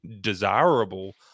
desirable